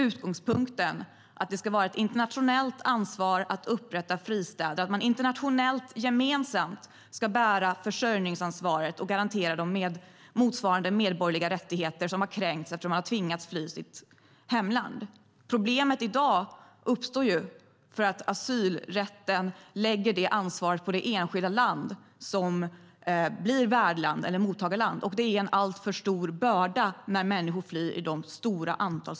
Utgångspunkten ska vara att det ska vara ett internationellt ansvar att upprätta fristäder. Man ska internationellt och gemensamt bära försörjningsansvaret och garantera de medborgerliga rättigheter som har kränkts för dem som har tvingats fly sitt hemland. Problemet i dag uppstår för att asylrätten lägger det ansvaret på det enskilda land som blir värdland eller mottagarland. Det är en alltför stor börda när människor flyr i dessa stora antal.